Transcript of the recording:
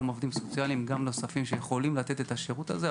גם עובדים סוציאליים וגם נוספים שיכולים לתת את השירות הזה,